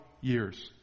years